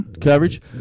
coverage